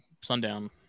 sundown